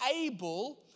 able